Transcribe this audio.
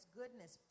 goodness